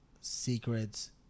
secrets